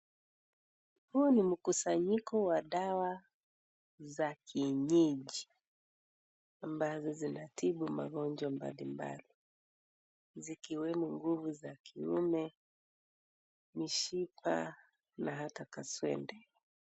Huu ni mkusanyiko wa dawa za kienyeji, ambazo zinatibu magonjwa mbalimbali, zikiwemo: nguvu za kiume, mishipa na hata kaswende.